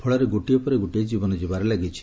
ଫଳରେ ଗୋଟିଏ ପରେ ଗୋଟିଏ ଜୀବନ ଯିବାରେ ଲାଗିଛି